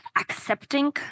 accepting